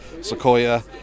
sequoia